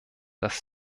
dass